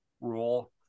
rule